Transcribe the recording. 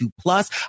plus